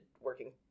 working